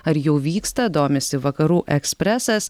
ar jau vyksta domisi vakarų ekspresas